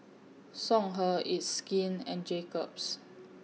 Songhe It's Skin and Jacob's